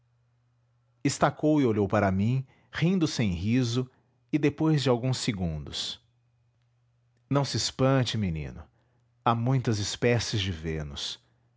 zeferina estacou e olhou para mim rindo sem riso e depois de alguns segundos www nead unama br não se espante menino há muitas espécies de vênus